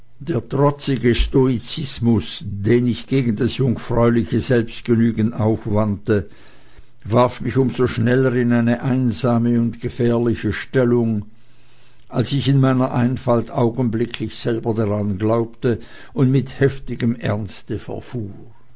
der trotzige stoizismus welchen ich gegen das jungfräuliche selbstgenügen aufwandte warf mich um so schneller in eine einsame und gefährliche stellung als ich in meiner einfalt augenblicklich selber daran glaubte und mit heftigem ernste